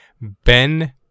Ben